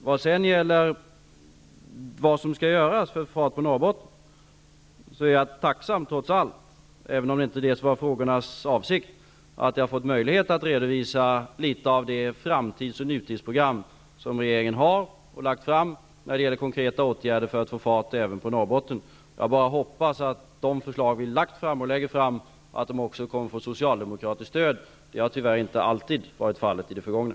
När det sedan gäller vad som skall göras för att få fart på Norrbotten är jag -- trots allt -- tacksam, även om det inte var avsikten med frågorna, att jag har fått möjlighet att redovisa litet av det framtidsoch nutidsprogram som regeringen har och har lagt fram när det gäller konkreta åtgärder för att få fart även på Norrbotten. Jag bara hoppas att de förslag vi har lagt fram också kommer att få socialdemokratiskt stöd. Det har tyvärr inte alltid varit fallet i det förgångna.